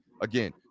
again